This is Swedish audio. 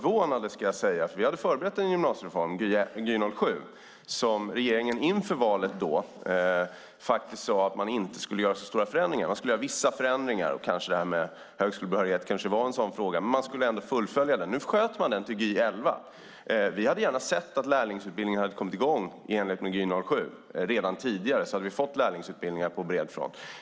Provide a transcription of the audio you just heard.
Vi hade förberett en gymnasiereform, Gy 2007, och regeringen sade inför valet att man inte skulle göra så stora förändringar av den men vissa förändringar, där högskolebehörighet kanske var en sådan fråga. Men man skulle fullfölja den. Vi var förvånade, ska jag säga, när man sköt den till Gy 2011. Vi hade gärna sett att lärlingsutbildningen hade kommit i gång i enlighet med Gy 2007 redan tidigare, så hade vi fått lärlingsutbildningar på bred front.